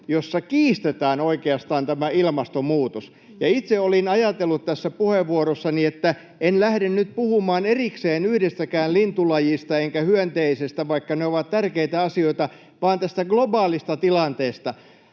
jossa oikeastaan kiistetään tämä ilmastonmuutos, ja itse olin ajatellut tässä puheenvuorossani, että en lähde nyt puhumaan erikseen yhdestäkään lintulajista enkä hyönteisestä, vaikka ne ovat tärkeitä asioita, vaan tästä globaalista tilanteesta.